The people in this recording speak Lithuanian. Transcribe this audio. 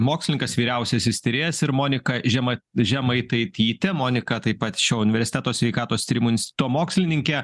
mokslininkas vyriausiasis tyrėjas ir monika žemai žemaitaitytė monika taip pat šio universiteto sveikatos tyrimų instituto mokslininkė